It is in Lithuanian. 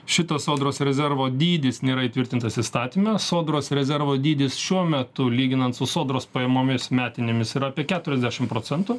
šitas sodros rezervo dydis nėra įtvirtintas įstatyme sodros rezervo dydis šiuo metu lyginant su sodros pajamomis metinėmis yra apie keturiasdešim procentų